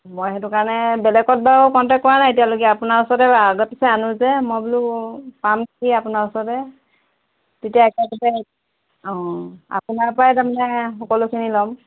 মই সেইটো কাৰণে বেলেগত বাৰু কণ্টেক্ট কৰা নাই এতিয়ালৈকে আপোনাৰ ওচৰতে আগে পিছে আনো যে মই বোলো পাম নেকি আপোনাৰ ওচৰতে তেতিয়া একেলগে অঁ আপোনাৰ পৰাই তাৰমানে সকলোখিনি ল'ম